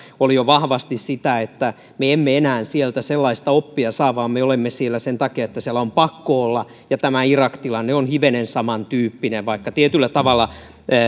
afganistanista oli jo vahvasti sellainen se lähestymistapa että me emme enää sieltä sellaista oppia saa vaan me olemme siellä sen takia että siellä on pakko olla tämä irak tilanne on hivenen samantyyppinen vaikka tietyllä tavalla